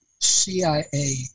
CIA